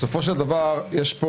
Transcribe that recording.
בסופו של דבר יש פה